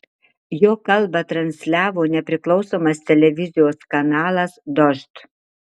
jo kalbą transliavo nepriklausomas televizijos kanalas dožd